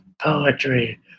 poetry